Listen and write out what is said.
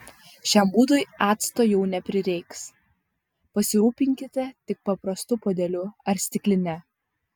šiam būdui acto jau neprireiks pasirūpinkite tik paprastu puodeliu ar stikline